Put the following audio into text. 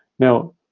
Now